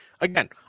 again